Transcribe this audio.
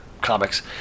comics